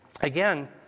again